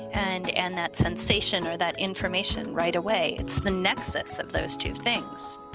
and and that sensation or that information right away. it's the nexus of those two things